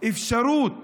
אפשרות